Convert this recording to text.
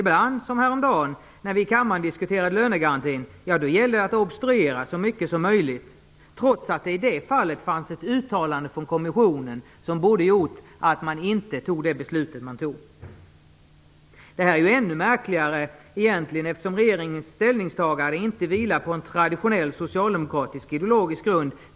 Ibland, som häromdagen när vi i kammaren diskuterade lönegarantin, gäller det att obstruera så mycket som möjligt, trots att det i det fallet fanns ett uttalande från kommissionen som borde ha gjort att regeringen inte fattade det beslut som fattades. Detta är ännu märkligare eftersom regeringens ställningstagande när det gäller lönegarantin inte vilade på traditionell socialdemokratisk ideologisk grund.